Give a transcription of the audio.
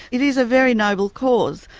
it is a very noble cause.